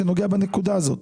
שנוגע בנקודה הזאת.